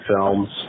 Films